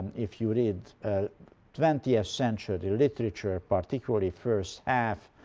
if you read twentieth century literature, particularly first half,